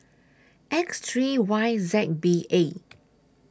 X three Y Z B A